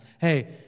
hey